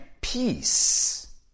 peace